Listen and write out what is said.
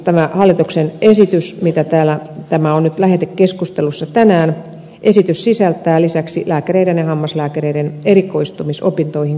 tämä hallituksen esitys mikä on täällä lähetekeskustelussa tänään sisältää lisäksi esityksen lääkäreiden ja hammaslääkäreiden erikoistumisopintoihin